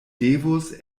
devus